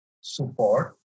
support